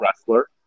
wrestler